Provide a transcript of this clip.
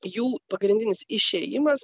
jų pagrindinis išėjimas